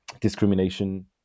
discrimination